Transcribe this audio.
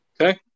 Okay